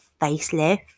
facelift